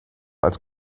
als